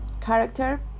character